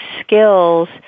skills